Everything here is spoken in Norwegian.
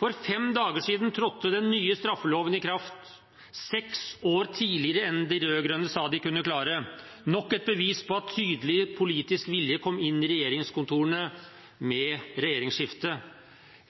For fem dager siden trådte den nye straffeloven i kraft – seks år tidligere enn de rød-grønne sa de kunne klare. Det er nok et bevis på at tydelig politisk vilje kom inn i regjeringskontorene med regjeringsskiftet.